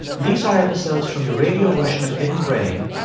these are episodes from the radio version of hidden brain,